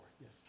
Yes